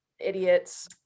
idiots